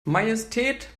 majestät